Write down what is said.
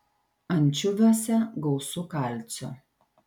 ančiuviuose gausu kalcio